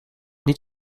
niet